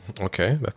Okay